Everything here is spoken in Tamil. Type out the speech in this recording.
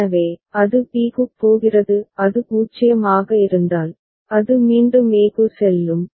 எனவே அது b க்குப் போகிறது அது 0 ஆக இருந்தால் அது மீண்டும் a க்கு செல்லும்